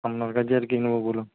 বলুন